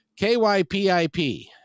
KYPIP